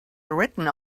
written